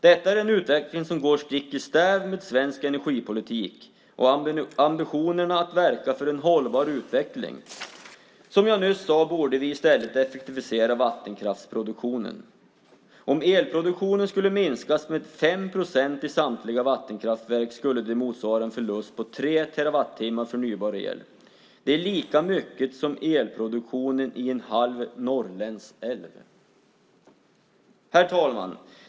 Detta är en utveckling som går stick i stäv med svensk energipolitik och ambitionerna att verka för en hållbar utveckling. Som jag nyss sade borde vi i stället effektivisera vattenkraftsproduktionen. Om elproduktionen skulle minskas med 5 procent i samtliga vattenkraftverk skulle det motsvara en förlust på 3 terawattimmar förnybar el. Det är lika mycket som elproduktionen i en halv norrländsk älv!